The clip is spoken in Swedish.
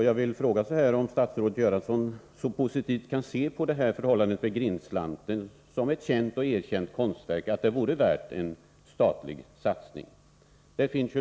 Jag vill fråga statsrådet Göransson: Har statsrådet en positiv inställning när det gäller Grindslanten, som ju är ett känt och erkänt konstverk? Är det värt en statlig satsning?